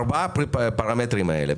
ארבעת הפרמטרים האלה,